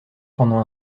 pendant